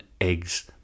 eggs